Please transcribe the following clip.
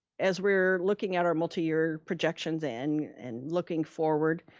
as we're looking at our multi-year projections and and looking forward,